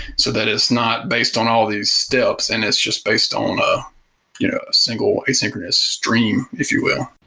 so that it's not based on all these steps and it's just based on a you know a single asynchronous stream, if you will